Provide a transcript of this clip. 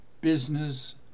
business